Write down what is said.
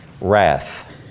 Wrath